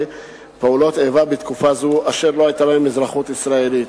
פעולות איבה בתקופה זו אשר לא היתה להם אזרחות ישראלית.